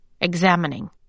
examining